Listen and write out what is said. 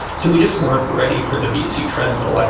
so we just weren't ready for the vc treadmill. like